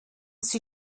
sie